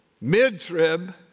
Mid-trib